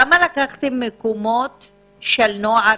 למה לקחתם מקומות של נוער